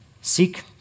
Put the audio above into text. Seek